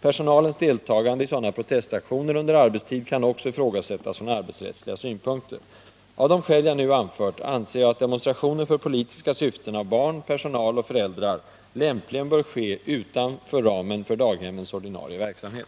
Personalens deltagande i sådana protestaktioner under arbetstid kan också ifrågasättas från arbetsrättsliga Av de skäl jag nu anfört anser jag att demonstrationer för politiska syften av barn, personal och föräldrar lämpligen bör ske utanför ramen för daghemmens ordinarie verksamhet.